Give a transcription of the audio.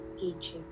Egypt